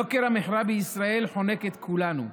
יוקר המחיה בישראל חונק את כולנו.